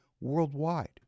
worldwide